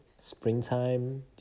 springtime